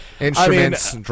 Instruments